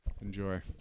Enjoy